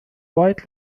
white